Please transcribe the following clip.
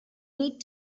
need